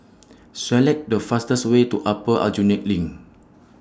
Select The fastest Way to Upper Aljunied LINK